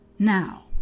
Now